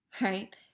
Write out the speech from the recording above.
right